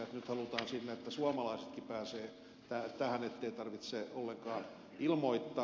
nyt halutaan että suomalaisetkin pääsevät tähän ettei tarvitse ollenkaan ilmoittaa